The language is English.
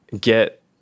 get